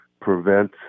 prevent